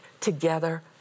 together